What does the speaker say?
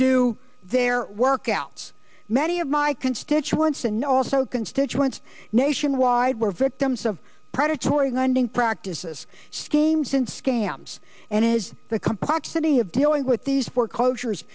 do their work outs many of my constituents and know also constituents nationwide were victims of predatory lending practices schemes in scams and as the complexity of dealing with these foreclosures